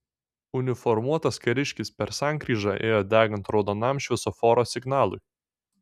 uniformuotas kariškis per sankryžą ėjo degant raudonam šviesoforo signalui